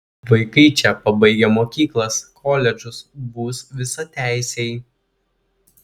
vaikai čia pabaigę mokyklas koledžus bus visateisiai